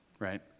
right